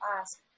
ask